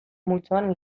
multzoan